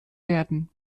werden